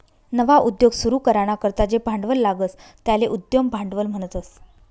नवा उद्योग सुरू कराना करता जे भांडवल लागस त्याले उद्यम भांडवल म्हणतस